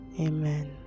Amen